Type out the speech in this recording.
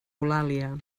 eulàlia